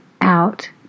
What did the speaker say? out